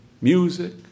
Music